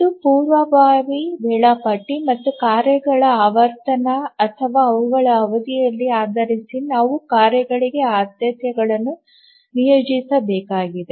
ಇದು ಪೂರ್ವಭಾವಿ ವೇಳಾಪಟ್ಟಿ ಮತ್ತು ಕಾರ್ಯಗಳ ಆವರ್ತನ ಅಥವಾ ಅವುಗಳ ಅವಧಿಯನ್ನು ಆಧರಿಸಿ ನಾವು ಕಾರ್ಯಗಳಿಗೆ ಆದ್ಯತೆ ಗಳನ್ನು ನಿಯೋಜಿಸಬೇಕಾಗಿದೆ